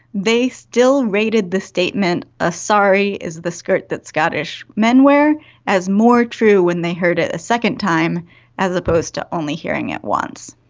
they still rated the statement a sari is the skirt that scottish men wear as more true when they heard it a second time as opposed to only hearing it once.